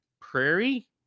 Prairie